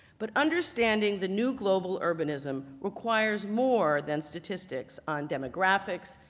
but understanding the new global urbanism requires more than statistics on demographics,